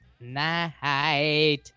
night